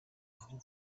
aho